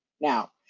Now